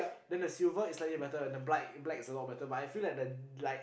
then the silver it's slightly better than the black black is a lot better but I feel like the like